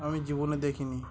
আমি জীবনে দেখিনি